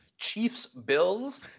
Chiefs-Bills